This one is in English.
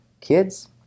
kids